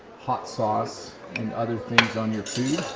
hot sauce and other things on your